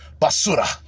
Basura